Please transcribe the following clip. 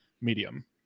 medium